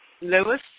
Lewis